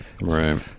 right